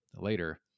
later